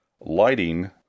Lighting